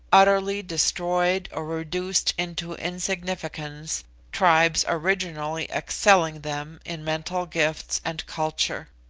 utterly destroyed or reduced into insignificance tribes originally excelling them in mental gifts and culture.